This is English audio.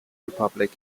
republic